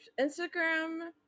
Instagram